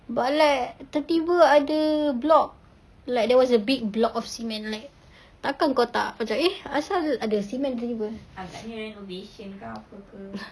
but like tiba-tiba ada block like there was a big block of cement like takkan kau tak macam eh asal ada cement tiba-tiba